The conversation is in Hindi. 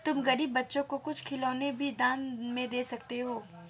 तुम गरीब बच्चों को कुछ खिलौने भी दान में दे सकती हो